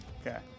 Okay